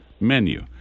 menu